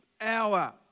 hour